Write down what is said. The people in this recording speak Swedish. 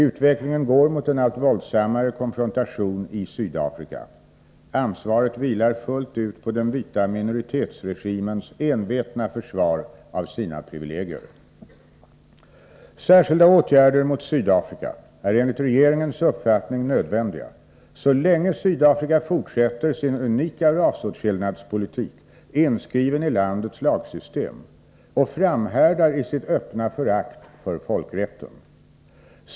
Utvecklingen går mot en allt våldsammare konfrontation i Sydafrika. Ansvaret vilar fullt ut på den vita minoritetsregimens envetna försvar av sina privilegier. Särskilda åtgärder mot Sydafrika är enligt regeringens uppfattning nödvändiga så länge Sydafrika fortsätter sin unika rasåtskillnadspolitik, inskriven i landets lagsystem, och framhärdar i sitt öppna förakt för folkrätten.